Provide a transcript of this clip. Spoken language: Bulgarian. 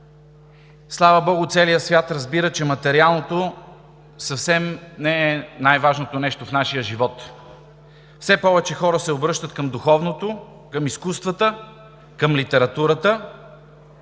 слава богу, целият свят разбира, че материалното съвсем не е най-важното нещо в нашия живот. Все повече хора се обръщат към духовното, към изкуствата, към литературата